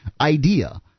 idea